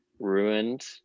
Ruined